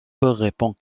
répond